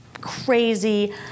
crazy